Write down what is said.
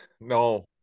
No